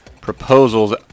proposals